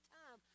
time